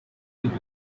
event